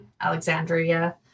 Alexandria